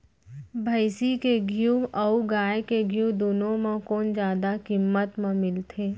भैंसी के घीव अऊ गाय के घीव दूनो म कोन जादा किम्मत म मिलथे?